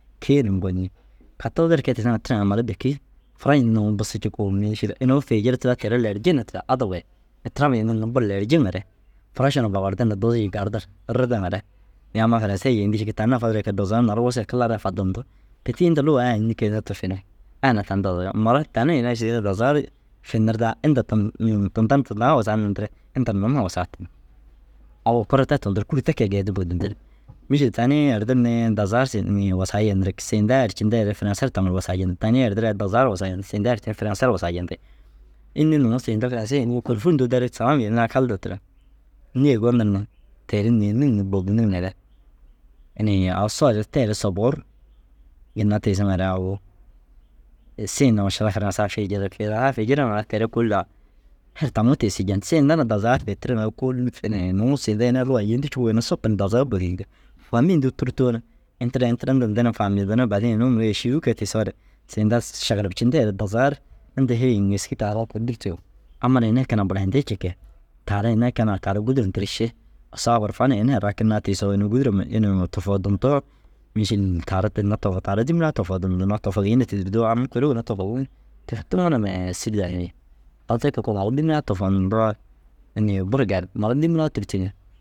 Kêye num gon yîn. Katorozer kee tiisiŋa tiriŋa mura bêki furaši huntuu nuu busu cikuu mîšil inuu fi jiritigaa teere lerji ni tira adap ye ihtirame yenir ni buru lerjiŋare furaša na babardir ni duuzu jii gardir. Ridiŋare ini amma furãse yêentii ciki tani na fadirigire kee dazaga ru naara wosee, kilaare? Dadaltu, pêti inda luga ai înni keener to finim? Ai na tani dazaga mura tani ini ai sîin nu dazaga ru finirdaa inda tin nin tinda ŋa wusaa nintire inta na numa wusaa ten. Au okore te tuntur kûr te kee geedi bôdintir. Mîšil tanii yerdir ni dazaga ru siin inii wasaa yenirig siindai ercindeere furãse ru taŋu ru wusaa jentig. Tanii yerdireere dazaga ru wusaa yenirig. Sindai yercindu furãse ru wusaa jentig. Înni? Nuŋu siinda furãse ini kôrufur hunduu derig salam yenirigaa kal di tira. Nîye gonir ni teere nêenir ni bôdinirŋare inii au soore tee re soboor ginna tiisiŋare au siin na mašalla farasaa fi jidir kiira a fi jidirŋare teere kôoli au her taŋu tiisi jen. Siin mire na dazaga fi tirŋare kôoli inii nuu siinda ini ai lugaa yêedii cikuu ginna sopu ni dazaga bôdiintu. Famîi huntuu tûrtoo na in tira in tira ndi ni faamcintinnoo baadin inuu mire êširuu kee tiisoore siinda šegelepcindeere dazaga ru inda hêyi ŋêski taara to dûrtuu amma ara ini ai keenaa burayindii ciki taara ini ai keenaa taara gûduro ndir ši. Usso abba ru fa na ini ai rakinaa tiisoo ini gûduro huma inuu tofoodintoo mîšil taara ginna tofo taara dîmiraa tofoodintinnoo tofogiina tîdirdoo am kuruu ginna tofogiin. Tofoktiŋoo na mee sîri danni. Au te kee koo naara dîmiraa tofonindoo inii buru gali. Naara dîmiraa tûrtu ni